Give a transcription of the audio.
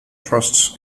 trusts